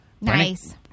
Nice